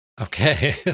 Okay